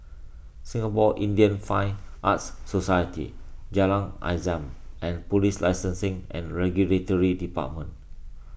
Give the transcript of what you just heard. Singapore Indian Fine Arts Society Jalan Azam and Police Licensing and Regulatory Department